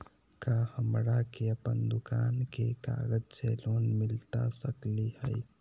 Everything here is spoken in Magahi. का हमरा के अपन दुकान के कागज से लोन मिलता सकली हई?